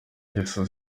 ngeso